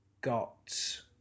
got